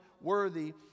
worthy